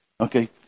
Okay